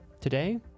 Today